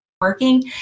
working